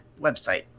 website